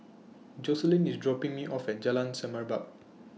Jocelyn IS dropping Me off At Jalan Semerbak